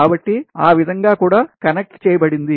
కాబట్టి ఆ విధంగా కూడా కనెక్ట్ చేయబడింది